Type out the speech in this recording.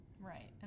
Right